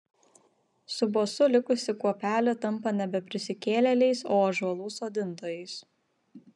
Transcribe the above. su bosu likusi kuopelė tampa nebe prisikėlėliais o ąžuolų sodintojais